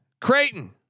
Creighton